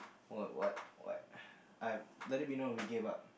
what what what I let it be known we give up